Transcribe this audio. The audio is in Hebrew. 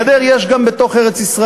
גדר יש גם בתוך ארץ-ישראל,